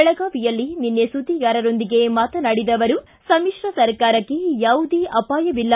ಬೆಳಗಾವಿಯಲ್ಲಿ ನಿನ್ನೆ ಸುದ್ದಿಗಾರರೊಂದಿಗೆ ಮಾತನಾಡಿದ ಅವರು ಸಮಿತ್ರ ಸರಕಾರಕ್ಕೆ ಯಾವುದೇ ಅಪಾಯವಿಲ್ಲ